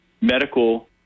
medical